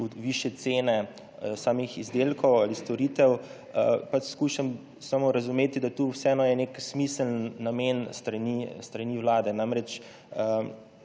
v višje cene samih izdelkov ali storitev, skušam samo razumeti, da tu vseeno je nek smiseln namen s strani vlade. Vemo